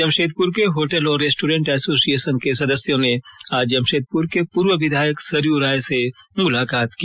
जमशेदपुर के होटल और restaurant association के सदस्यों ने आज जमशेदपुर के पूर्व विधायक सरयू राय से मुलाकात की